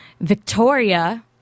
Victoria